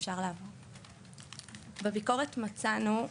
בביקורת מצאנו,